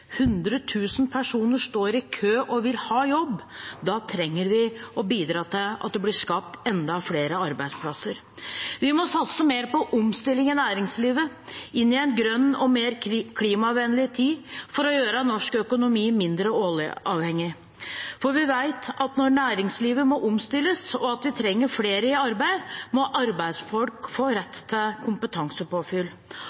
tusen personer står i kø og vil ha jobb. Da trenger vi å bidra til at det blir skapt enda flere arbeidsplasser. Vi må satse mer på omstilling i næringslivet – inn i en grønn og mer klimavennlig tid – for å gjøre norsk økonomi mindre oljeavhengig. For vi vet at når næringslivet må omstilles og vi trenger flere i arbeid, må arbeidsfolk få